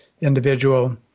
individual